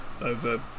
over